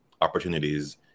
opportunities